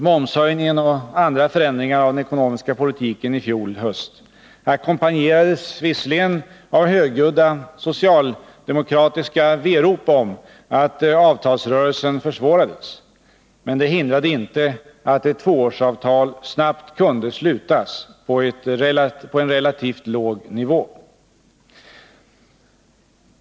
Momshöjningen och andra förändringar av den ekonomiska politiken i fjol höst ackompanjerades visserligen av högljudda socialdemokratiska verop om att avtalsrörelsen försvårades. Men det hindrade inte att ett tvåårsavtal snabbt kunde slutas på en relativt låg nivå.